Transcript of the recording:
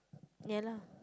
ya lah